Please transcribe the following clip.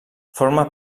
forma